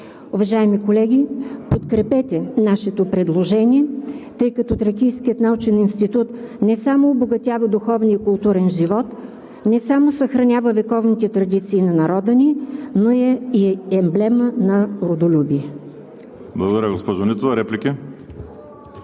Уважаеми колеги, подкрепете нашето предложение, тъй като Тракийският научен институт не само обогатява духовния и културен живот, не само съхранява вековните традиции на народа ни, но е и емблема на родолюбие. ПРЕДСЕДАТЕЛ ВАЛЕРИ СИМЕОНОВ: Благодаря,